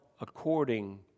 according